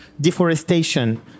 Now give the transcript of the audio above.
deforestation